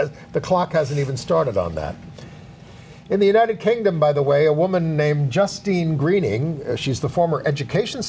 as the clock hasn't even started on that in the united kingdom by the way a woman named justin greening she's the former education